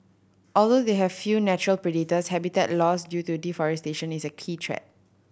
although they have few natural predators habitat loss due to deforestation is a key threat